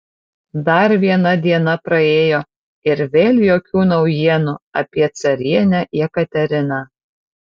dar viena diena praėjo ir vėl jokių naujienų apie carienę jekateriną